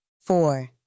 Four